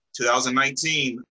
2019